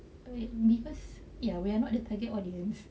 because ya we are not the target audience